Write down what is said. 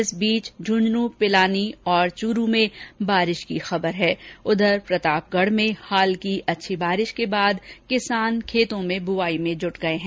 इस बीच झुंझुनू पिलानी और चूरू में बारिश की खंबर है उधर प्रतापगढ में हाल की अच्छी बारिश के बाद किसान खेतों में बुवाईर्घ में जुट गए हैं